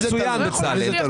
אני מבין מצוין, בצלאל.